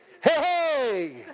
hey